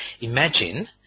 imagine